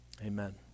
amen